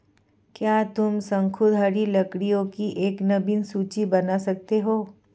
क्या तुम शंकुधारी लकड़ियों की एक नवीन सूची बना सकते हो?